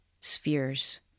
spheres